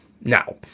Now